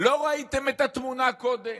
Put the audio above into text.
לא ראיתם את התמונה קודם?